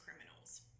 criminals